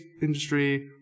industry